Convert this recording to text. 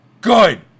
Good